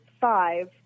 five